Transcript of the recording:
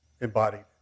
embodied